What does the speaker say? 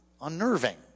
unnerving